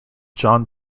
john